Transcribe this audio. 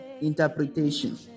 interpretation